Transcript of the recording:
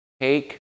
take